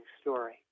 story